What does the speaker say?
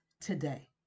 today